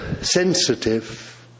sensitive